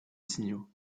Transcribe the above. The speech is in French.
signaux